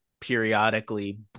periodically